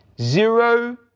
Zero